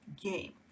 game